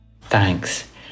Thanks